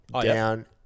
down